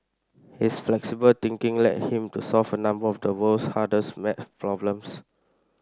his flexible thinking led him to solve a number of the world's hardest maths problems